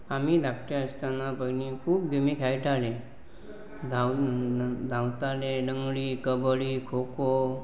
आमी धाकटे आसतना पयलीं खूब गेमी खेळटाले धांवताले लंगडी कबड्डी खो खो